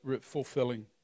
fulfilling